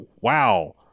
wow